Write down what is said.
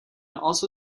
also